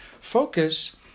Focus